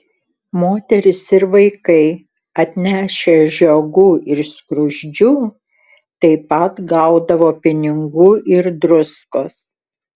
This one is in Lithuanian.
moterys ir vaikai atnešę žiogų ir skruzdžių taip pat gaudavo pinigų ir druskos